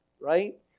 right